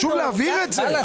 חשוב להבין את זה.